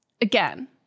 again